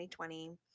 2020